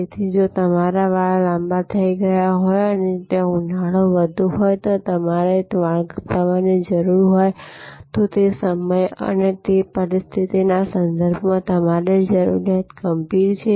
તેથી જો તમારા વાળ લાંબા થઈ ગયા હોય અને ત્યાં ઉનાળો વધુ હોય અને તમારે વાળ કાપવાની જરૂર હોય તો તે સમય અને તે પરિસ્થિતિના સંદર્ભમાં તમારી જરૂરિયાત ગંભીર છે